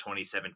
2017